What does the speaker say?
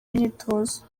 imyitozo